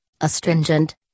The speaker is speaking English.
astringent